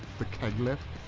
the keg lift.